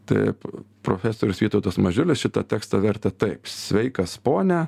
taip profesorius vytautas mažiulis šitą tekstą vertė taip sveikas pone